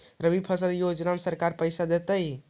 रबि फसल योजना में सरकार के पैसा देतै?